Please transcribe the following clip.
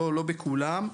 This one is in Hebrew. לא בכולם,